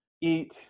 eat